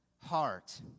heart